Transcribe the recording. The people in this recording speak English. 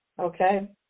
Okay